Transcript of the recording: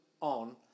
on